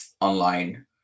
online